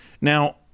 now